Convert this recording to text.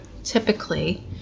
Typically